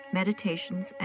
meditations